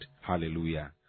Hallelujah